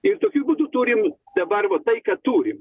ir tokiu būdu turim dabar va tai ką turim